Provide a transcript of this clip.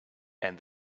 and